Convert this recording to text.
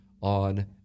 on